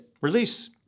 Release